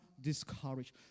discouraged